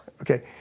okay